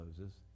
Moses